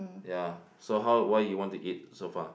ya so how what you want to eat so far